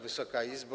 Wysoka Izbo!